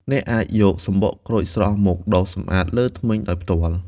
អ្នកអាចយកសំបកក្រូចស្រស់មកដុសសម្អាតលើធ្មេញដោយផ្ទាល់។